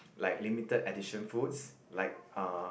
like limited edition foods like uh